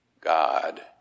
God